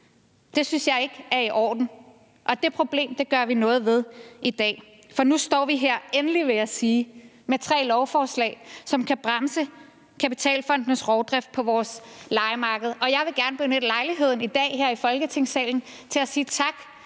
Det synes jeg ikke er i orden, men det problem gør vi noget ved i dag. Nu står vi her endelig, vil jeg sige, med tre lovforslag, som kan bremse kapitalfondenes rovdrift på vores lejemarked, og jeg vil gerne benytte lejligheden i dag her i Folketingssalen til at sige tak